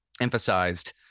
emphasized